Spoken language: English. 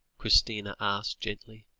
christina asked gently.